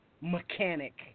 mechanic